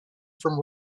from